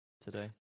today